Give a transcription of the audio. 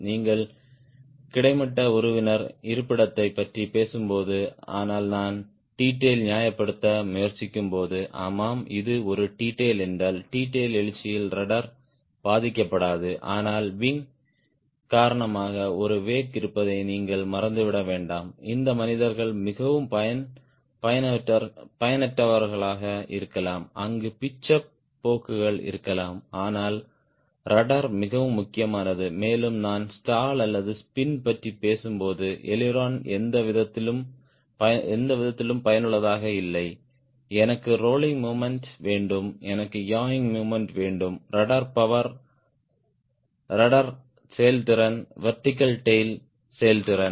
நீங்கள் கிடைமட்ட உறவினர் இருப்பிடத்தைப் பற்றி பேசும்போது ஆனால் நான் T Tail நியாயப்படுத்த முயற்சிக்கும்போது ஆமாம் இது ஒரு T Tail என்றால் T Tail எழுச்சியால் ரட்ட்ர் பாதிக்கப்படாது ஆனால் விங் காரணமாக ஒரு வெக் இருப்பதை நீங்கள் மறந்துவிட வேண்டும் இந்த மனிதர்கள் மிகவும் பயனற்றவர்களாக இருக்கலாம் அங்கு பிட்ச் அப் போக்குகள் இருக்கலாம் ஆனால் ரட்ட்ர் மிகவும் முக்கியமானது மேலும் நான் ஸ்டால் அல்லது ஸ்பின் பற்றி பேசும்போது அய்லிரோன் எந்த விதத்திலும் பயனுள்ளதாக இல்லை எனக்கு ரோலிங் மொமெண்ட் வேண்டும் எனக்கு யாயிங் மொமெண்ட் வேண்டும் ரட்ட்ர் பவர் ரட்ட்ர் செயல்திறன் வெர்டிகல் டேய்ல் செயல்திறன்